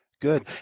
Good